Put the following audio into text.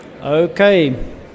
Okay